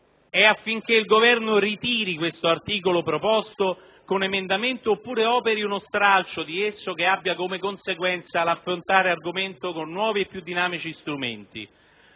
è affinché il Governo ritiri questo articolo proposto con emendamento oppure operi uno stralcio di esso che abbia come conseguenza l'affrontare l'argomento con nuovi e più dinamici strumenti.